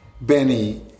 Benny